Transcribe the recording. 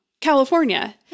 California